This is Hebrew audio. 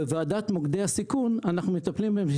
בוועדת מוקדי הסיכון אנחנו מטפלים בהם.